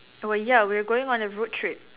well ya we're going on a road trip